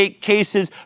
cases